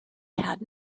had